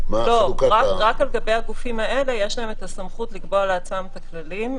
רק לגבי הגופים האלה יש להם הסמכות לקבוע לעצמם את הכללים,